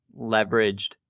leveraged